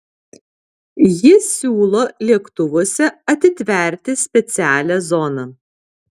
ji siūlo lėktuvuose atitverti specialią zoną